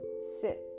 sit